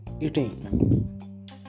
eating